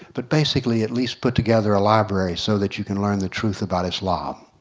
but basically at least put together a library so that you can learn the truth about islam.